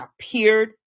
appeared